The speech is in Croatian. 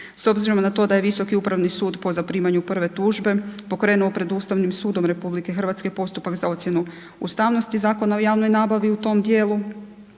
s obzirom na to da je Visoki upravni sud po zaprimanju prve tužbe pokrenuo pred Ustavnim sudom RH postupak za ocjenu ustavnosti Zakona o javnoj nabavi u tom dijelu,